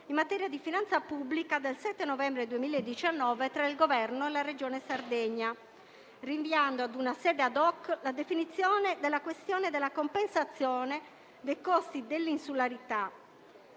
in materia di finanza pubblica del 7 novembre 2019 tra il Governo e la Regione Sardegna, rinviando ad una sede *ad hoc* la definizione della questione della compensazione dei costi dell'insularità.